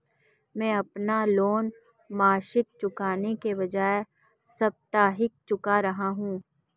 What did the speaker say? मैं अपना लोन मासिक चुकाने के बजाए साप्ताहिक चुका रहा हूँ